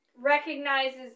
recognizes